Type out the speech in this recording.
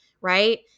Right